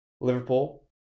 Liverpool